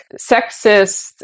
sexist